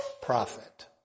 prophet